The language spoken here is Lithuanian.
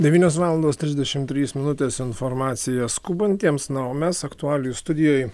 devynios valandos trisdešimt trys minutės informacija skubantiems na o mes aktualijų studijoj